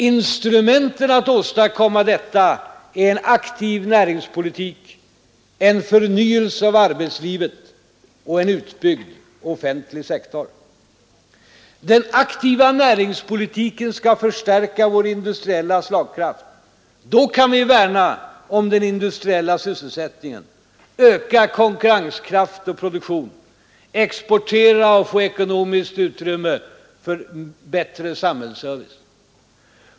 Instrumenten att åstadkomma detta är en aktiv näringspolitik, en förnyelse av arbetslivet och en utbyggd offentlig sektor. Den aktiva näringspolitiken skall förstärka vår industriella slagkraft. Då kan vi värna om den industriella sysselsättningen, öka konkurrenskraften och höja produktionen, exportera och få ekonomiskt utrymme för en bättre samhällsservice.